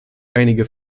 einige